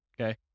okay